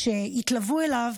יתלוו אליו,